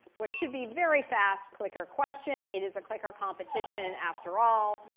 which should be very fast, clicker question. it is a clicker competition after all,